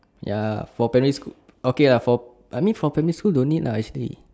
ya for primary school okay lah for I mean for primary school don't need lah actually